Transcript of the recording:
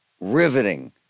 riveting